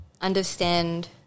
understand